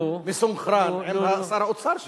מסונכרן עם שר האוצר שלך.